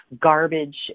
garbage